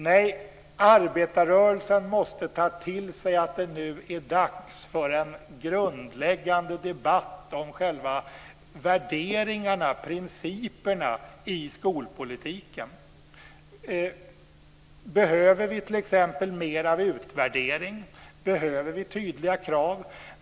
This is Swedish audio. Nej, arbetarrörelsen måste ta till sig att det nu är dags för en grundläggande debatt om själva värderingarna och principerna i skolpolitiken. Behöver vi t.ex. mer av utvärdering? Behöver vi tydliga krav?